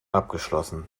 abgeschlossen